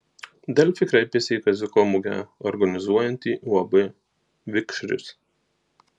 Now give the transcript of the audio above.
delfi kreipėsi į kaziuko mugę organizuojantį uab vikšris